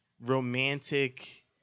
romantic